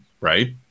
right